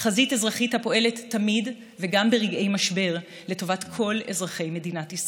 חזית אזרחית הפועלת תמיד וגם ברגעי משבר לטובת כל אזרחי מדינת ישראל.